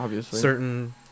certain